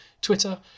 Twitter